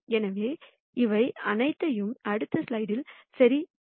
எனவே இவை அனைத்தையும் அடுத்த ஸ்லைடில் சரிபார்க்கலாம்